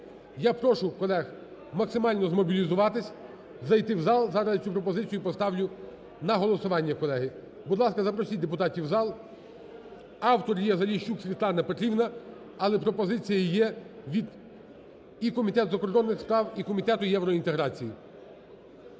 Я прошу колег максимально змобілізуватись, зайти в зал, зараз я цю пропозицію поставлю на голосування. Колеги, будь ласка, запросіть депутатів в зал. Автор є: Заліщук Світлана Петрівна, але пропозиції є від і Комітету у закордонних справ, і Комітету євроінтеграції.